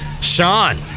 Sean